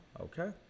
Okay